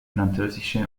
französische